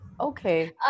Okay